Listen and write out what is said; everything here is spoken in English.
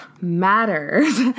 matters